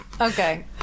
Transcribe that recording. okay